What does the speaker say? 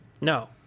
no